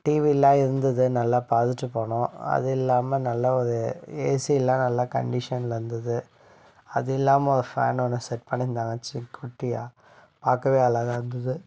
டிவிலாம் இருந்தது நல்லா பார்த்துட்டுப் போனோம் அதுவும் இல்லாமல் நல்லா ஒரு ஏசிலாம் நல்லா கண்டிஷனில் இருந்தது அது இல்லாமல் ஃபேன் ஒன்று செட் பண்ணியிருந்தாங்க சி குட்டியாக பார்க்கவே அழகாக இருந்தது